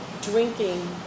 drinking